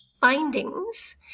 findings